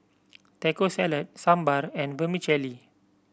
Taco Salad Sambar and Vermicelli